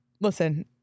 listen